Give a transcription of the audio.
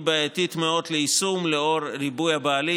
היא בעייתית מאוד ליישום לאור ריבוי הבעלים.